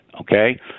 okay